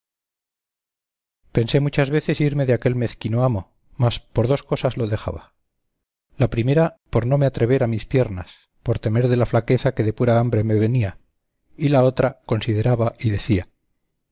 pensé muchas veces irme de aquel mezquino amo mas por dos cosas lo dejaba la primera por no me atrever a mis piernas por temer de la flaqueza que de pura hambre me venía y la otra consideraba y decia